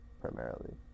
primarily